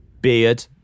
beard